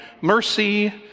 mercy